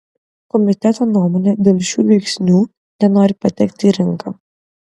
komiteto nuomone dėl šių veiksnių nenori patekti į rinką